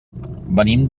venim